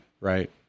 Right